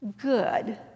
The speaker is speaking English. good